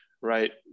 right